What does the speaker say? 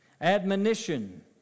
Admonition